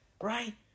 right